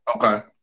okay